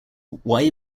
why